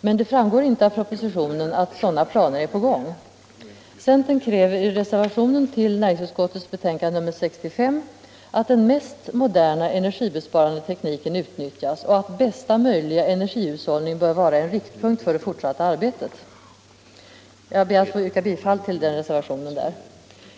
men det framgår inte av propositionen att sådana planer är på gång. Centern kräver i reservation till näringsutskottets betänkande 1975/76:65 att den mest moderna energibesparande tekniken utnyttjas och att bästa möjliga energihushållning skall vara en riktpunkt för det fortsatta arbetet. Jag ber att få yrka bifall till denna reservation.